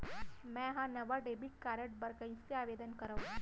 मै हा नवा डेबिट कार्ड बर कईसे आवेदन करव?